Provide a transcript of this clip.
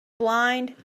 blind